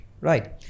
right